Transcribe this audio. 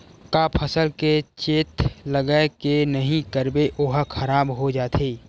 का फसल के चेत लगय के नहीं करबे ओहा खराब हो जाथे?